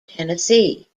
tennessee